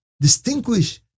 distinguish